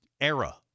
era